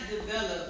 develop